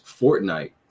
Fortnite